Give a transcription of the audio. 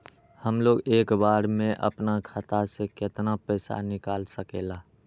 हमलोग एक बार में अपना खाता से केतना पैसा निकाल सकेला?